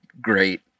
great